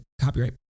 copyright